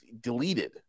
deleted